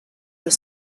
that